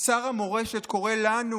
שר המורשת קורא לנו